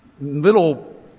little